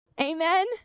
Amen